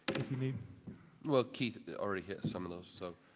i mean well keith already hit some of those. so